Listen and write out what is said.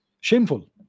shameful